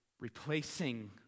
Replacing